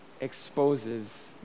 exposes